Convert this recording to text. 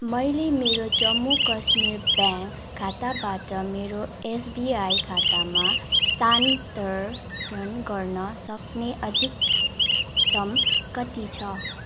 मैले मेरो जम्मू काश्मीर ब्याङ्क खाताबाट मेरो एसबिआई खातामा स्थानान्तरण गर्न सक्ने अधिकतम कति छ